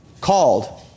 called